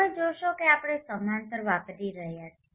તમે જોશો કે આપણે સમાંતર વાપરી રહ્યા છીએ